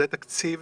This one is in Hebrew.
זה תקציב